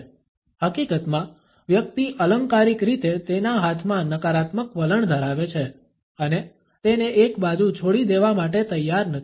હકીકતમાં વ્યક્તિ અલંકારિક રીતે તેના હાથમાં નકારાત્મક વલણ ધરાવે છે અને તેને એક બાજુ છોડી દેવા માટે તૈયાર નથી